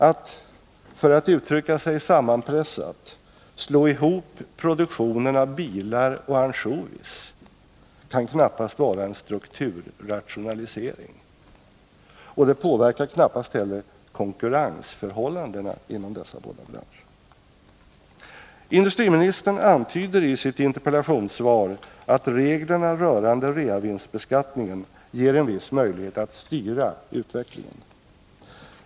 Att, för att uttrycka sig sammanpressat, slå ihop produktionen av bilar och ansjovis kan knappast vara en strukturrationalisering, och det påverkar knappast heller konkurrensförhållandena inom dessa båda branscher. Industriministern antyder i sitt interpellationssvar att reglerna rörande reavinstbeskattningen ger en viss möjlighet att styra utvecklingen.